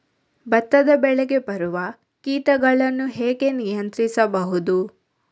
ಭತ್ತದ ಬೆಳೆಗೆ ಬರುವ ಕೀಟಗಳನ್ನು ಹೇಗೆ ನಿಯಂತ್ರಿಸಬಹುದು?